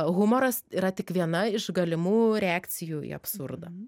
humoras yra tik viena iš galimų reakcijų į absurdą